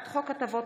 קרעי,